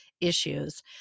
issues